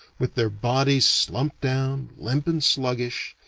with their bodies slumped down, limp and sluggish,